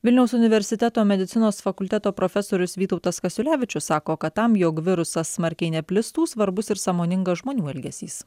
vilniaus universiteto medicinos fakulteto profesorius vytautas kasiulevičius sako kad tam jog virusas smarkiai neplistų svarbus ir sąmoningas žmonių elgesys